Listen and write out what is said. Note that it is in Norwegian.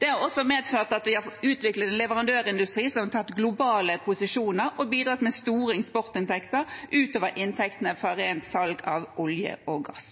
Det har også medført at vi har utviklet en leverandørindustri som har inntatt globale posisjoner og bidratt med store eksportinntekter utover inntektene fra rent salg av olje og gass.